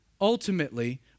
Ultimately